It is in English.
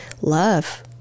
love